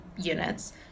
units